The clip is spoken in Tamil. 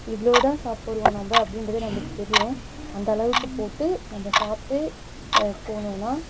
இவ்வளோதான் சாப்பிடுவோம் நம்ம அப்படின்றது நம்மளுக்கு தெரியும் அந்த அளவுக்கு போட்டு நம்ம சாப்பிட்டு போனோம்னால்